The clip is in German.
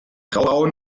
graubraun